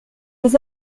les